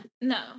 No